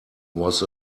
was